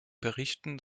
berichten